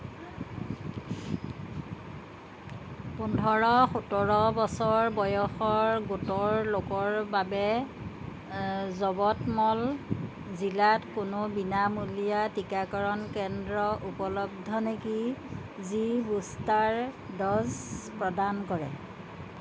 পোন্ধৰ সোতৰ বছৰ বয়সৰ গোটৰ লোকৰ বাবে যৱতমল জিলাত কোনো বিনামূলীয়া টীকাকৰণ কেন্দ্ৰ উপলব্ধ নেকি যি বুষ্টাৰ ড'জ প্ৰদান কৰে